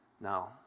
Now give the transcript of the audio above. Now